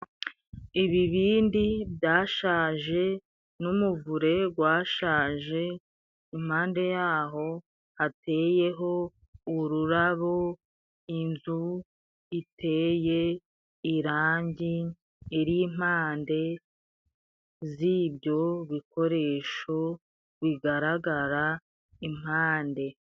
Ibibindi byashaje n'umuvure washaje, impande yaho hateyeho ururabo, inzu iteye irangi iri impande z'ibyo bikoresho bigaragara impande.